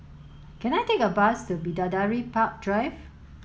can I take a bus to Bidadari Park Drive